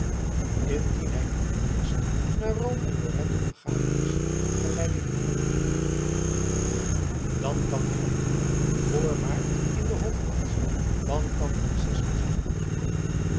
indien hij niet eerst naar rome en loretto gegaan is gelijk ik vermoede dan kan hij moeilijk voor maart in de hofplaats van can francesco zijn aangekomen